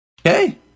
Okay